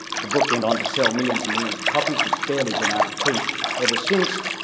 the book went on to sell millions and millions of copies. it's barely been out of print ever since.